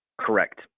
Correct